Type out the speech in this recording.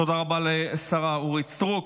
תודה רבה לשרה אורית סטרוק.